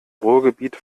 ruhrgebiet